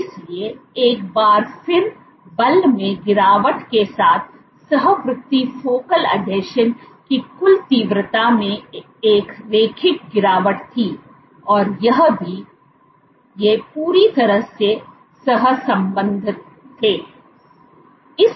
इसलिए एक बार फिर बल में गिरावट के साथ सहवर्ती फोकल आसंजन की कुल तीव्रता में एक रैखिक गिरावट थी और यह भी ये पूरी तरह से सहसंबद्ध थे